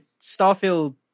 Starfield